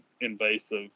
invasive